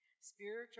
Spiritual